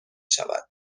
شود